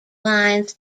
lines